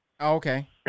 Okay